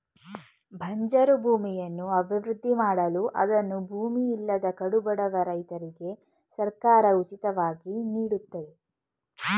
ಬಂಜರು ಭೂಮಿಯನ್ನು ಅಭಿವೃದ್ಧಿ ಮಾಡಲು ಅದನ್ನು ಭೂಮಿ ಇಲ್ಲದ ಕಡುಬಡವ ರೈತರಿಗೆ ಸರ್ಕಾರ ಉಚಿತವಾಗಿ ನೀಡುತ್ತದೆ